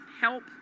help